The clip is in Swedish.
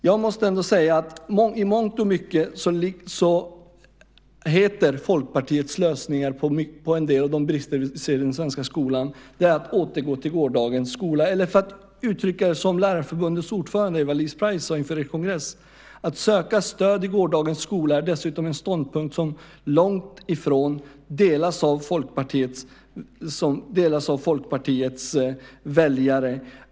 Jag måste säga att Folkpartiets lösningar på en del av de brister som vi ser i den svenska skolan i mångt och mycket är att återgå till gårdagens skola. Eller för att uttrycka det som Lärarförbundets ordförande Eva-Lis Preisz sade i en kongress: Att söka stöd i gårdagens skola är dessutom en ståndpunkt som långt ifrån delas av Folkpartiets väljare.